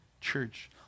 Church